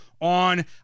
on